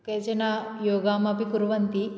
केचन योगम् अपि कुर्वन्ति